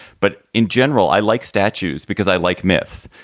but in general, i like statues because i like myth.